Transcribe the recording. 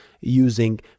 using